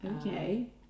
okay